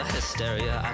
Hysteria